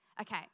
Okay